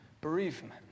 bereavement